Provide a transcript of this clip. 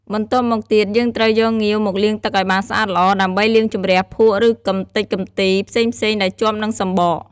បន្ទាប់មកទៀត យើងត្រូវយកងាវ មកលាងទឹកឱ្យបានស្អាតល្អ ដើម្បីលាងជម្រះភក់ ឬកម្ទេចកម្ទីផ្សេងៗដែលជាប់នឹងសំបក។